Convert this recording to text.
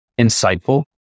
insightful